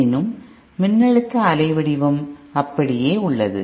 எனினும் மின்னழுத்த அலைவடிவம் அப்படியே உள்ளது